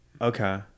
okay